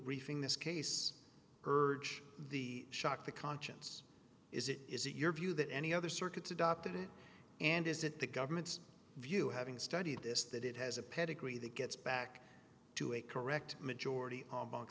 reefing this case urge the shock the conscience is it is it your view that any other circuits adopted it and is it the government's view having studied this that it has a pedigree that gets back to a correct majority